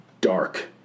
dark